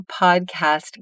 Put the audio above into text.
podcast